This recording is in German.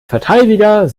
verteidiger